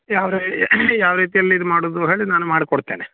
ಯಾವ ರೆ ಯಾವ ರೀತಿಯಲ್ಲಿ ಇದು ಮಾಡೋದು ಹೇಳಿ ನಾನು ಮಾಡಿಕೊಡ್ತೇನೆ